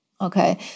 Okay